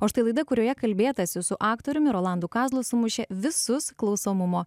o štai laida kurioje kalbėtasi su aktoriumi rolandu kazlu sumušė visus klausomumo